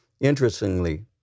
Interestingly